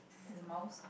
there's a mouse